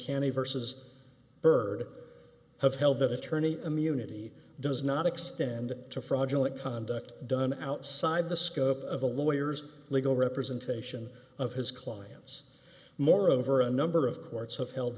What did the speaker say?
candy versus bird have held that attorney immunity does not extend to fraudulent conduct done outside the scope of the lawyers legal representation of his clients moreover a number of courts have held